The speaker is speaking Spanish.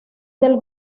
del